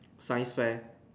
science fair